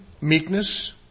meekness